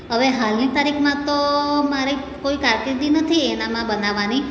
હવે હાલની તારીખમાં તો મારે કોઈ કારકિર્દી નથી એનામાં બનાવાની